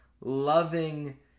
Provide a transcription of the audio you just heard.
loving